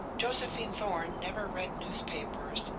josephine thorn never read newspapers,